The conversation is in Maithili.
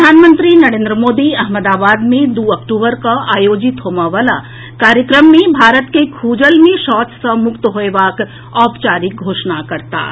प्रधानमंत्री नरेन्द्र मोदी अहमदाबाद मे दू अक्टूबर के आयोजित होमए वला कार्यक्रम मे भारत के खुजल मे शौच सॅ मुक्त होएबाक औपचारिक घोषणा करताह